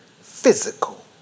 physical